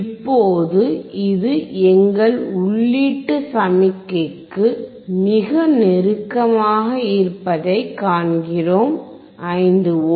இப்போது இது எங்கள் உள்ளீட்டு சமிக்ஞைக்கு மிக நெருக்கமாக இருப்பதைக் காண்கிறோம் 5 வி